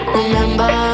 remember